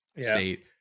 state